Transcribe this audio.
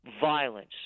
violence